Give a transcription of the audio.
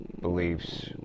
beliefs